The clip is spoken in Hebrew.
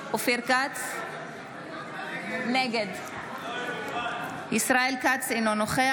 שטה, אני קורא אותך לסדר פעם שלישית, נא לצאת.